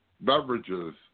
beverages